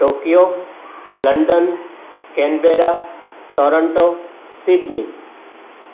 Tokyo London Canberra Toronto Sydney